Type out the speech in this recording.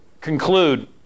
conclude